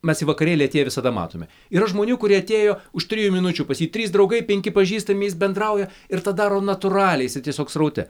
mes į vakarėlį atėję visada matomi yra žmonių kurie atėjo už trijų minučių pas jį trys draugai penki pažįstami jis bendrauja ir tą daro natūraliai jisai tiesiog sraute